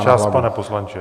Čas, pane poslanče.